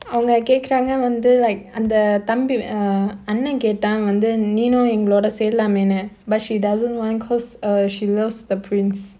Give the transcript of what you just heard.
அவங்க கேக்குறாங்க வந்து:avanga kaekkuraanga vandhu like அந்த தம்பி:andha thambi err அண்ண கேட்டான் வந்து நீன்னு எங்களோட சேர்லாமேன்னு:anna kaettan vandhu neenu engaloda saerlaamaenu but she doesn't want because err she loves the prince